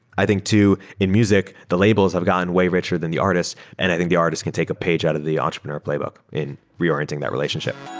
i think too in music, the labels have gotten way richer than the artists, and i think the artist can take a page out of the entrepreneur playbook in reorienting that relationship